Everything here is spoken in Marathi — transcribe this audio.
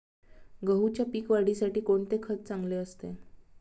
गहूच्या पीक वाढीसाठी कोणते खत चांगले असते?